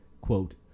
Quote